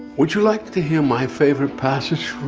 would you like to hear my favorite passage from